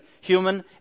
human